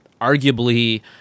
arguably